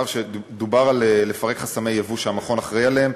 ודובר על פירוק חסמי יבוא שהמכון אחראי להם,